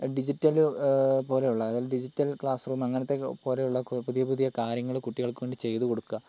digital പോലെയുള്ള അതായത് digital classroom അങ്ങനത്തെ പോലെയുള്ള പുതിയ പുതിയ കാര്യങ്ങൾ കുട്ടികൾക്ക് വേണ്ടി ചെയ്ത് കൊടുക്കുക